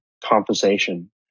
conversation